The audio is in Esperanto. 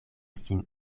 sin